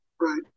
Right